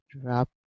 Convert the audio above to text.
Drop